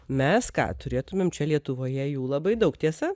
mes ką turėtumėm čia lietuvoje jų labai daug tiesa